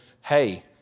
hey